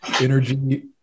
Energy